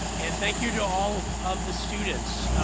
and thank you to all of the students.